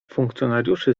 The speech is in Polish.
funkcjonariuszy